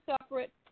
separate